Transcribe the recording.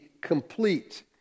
complete